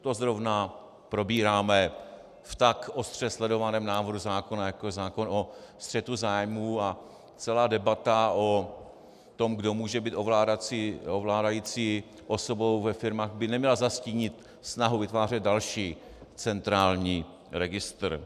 To zrovna probíráme v tak ostře sledovaném návrhu zákona, jako je zákon o střetu zájmů, a celá debata o tom, kdo může být ovládající osobou ve firmách, by neměla zastínit snahu vytvářet další centrální registr.